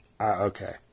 Okay